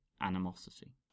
animosity